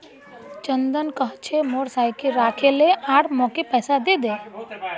चंदन कह छ मोर साइकिल राखे ले आर मौक पैसा दे दे